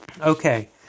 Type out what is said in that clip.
Okay